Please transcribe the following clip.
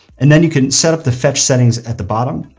and then you can set up the fetch settings at the bottom,